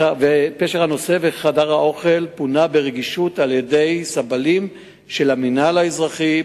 וחדר האוכל פונה ברגישות על-ידי סבלים של המינהל האזרחי.